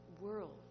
world